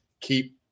keep